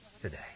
today